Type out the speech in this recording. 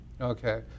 Okay